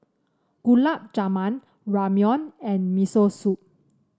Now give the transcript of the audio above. Gulab Jamun Ramyeon and Miso Soup